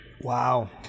wow